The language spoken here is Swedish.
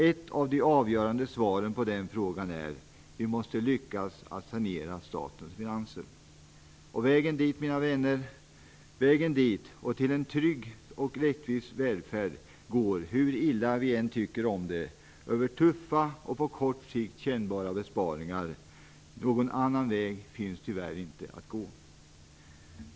Ett av de avgörande svaren på den frågan är: Vi måste lyckas med att sanera statens finanser. Vägen dit och till en trygg och rättvis välfärd går, mina vänner, hur illa vi än tycker om det, över tuffa och på kort sikt kännbara besparingar. Någon annan väg finns tyvärr inte att gå.